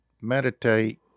meditate